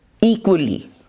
equally